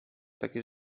takie